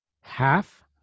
Half